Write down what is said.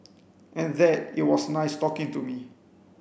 and that it was nice talking to me